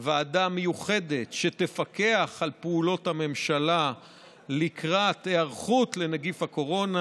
מיוחדת שתפקח על פעולות הממשלה לקראת ההיערכות לנגיף הקורונה.